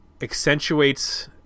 accentuates